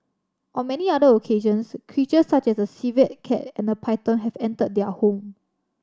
on many other occasions creatures such as a civet cat and a python have entered their home